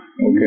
Okay